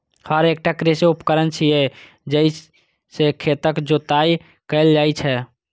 हर एकटा कृषि उपकरण छियै, जइ से खेतक जोताइ कैल जाइ छै